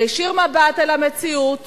להישיר מבט אל המציאות